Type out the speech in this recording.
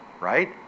Right